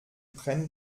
prennent